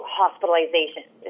hospitalizations